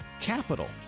capital